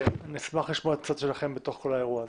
ונשמח לשמוע את הצד שלכם בתוך כל האירוע הזה.